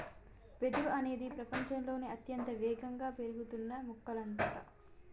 వెదురు అనేది ప్రపచంలోనే అత్యంత వేగంగా పెరుగుతున్న మొక్కలంట